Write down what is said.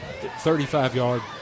35-yard